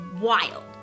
wild